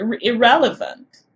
irrelevant